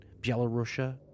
Belarusia